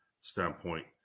standpoint